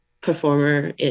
performer